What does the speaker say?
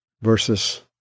versus